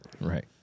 Right